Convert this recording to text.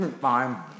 Fine